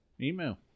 Email